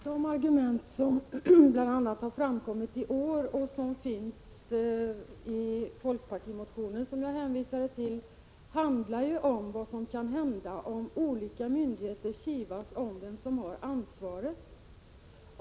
Herr talman! De argument som har framkommit i år, som finns i folkpartimotionen som jag hänvisade till, handlar ju om vad som kan hända om olika myndigheter kivas om vem som har ansvaret.